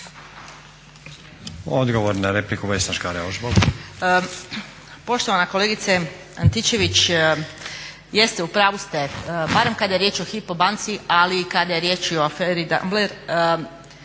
Odgovor na repliku, Vesna Škare-Ožbolt.